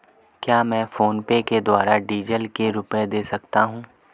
क्या मैं फोनपे के द्वारा डीज़ल के रुपए दे सकता हूं?